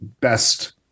best